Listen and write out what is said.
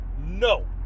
no